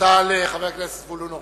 תודה לחבר הכנסת זבולון אורלב.